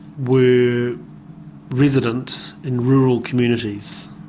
were resident in rural communities,